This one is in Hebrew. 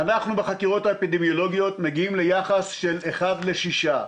בחקירות האפידמיולוגיות אנחנו מגיעים ליחס של 1 ל-6.